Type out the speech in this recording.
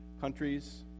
countries